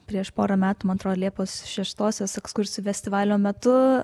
prieš porą metų man atrodo liepos šeštosios ekskursijų festivalio metu